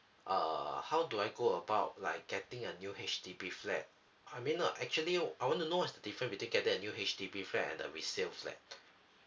uh how do I go about like getting a new H_D_B flat I mean no actually I want to know what's the different between get the new H_D_B flat and the resale flat